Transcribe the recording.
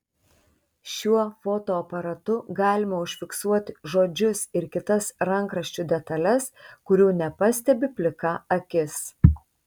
šiuo fotoaparatu galima užfiksuoti žodžius ir kitas rankraščių detales kurių nepastebi plika akis